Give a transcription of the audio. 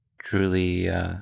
truly